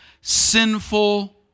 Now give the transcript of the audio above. sinful